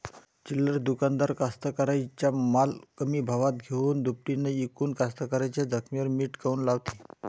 चिल्लर दुकानदार कास्तकाराइच्या माल कमी भावात घेऊन थो दुपटीनं इकून कास्तकाराइच्या जखमेवर मीठ काऊन लावते?